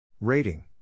Rating